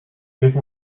give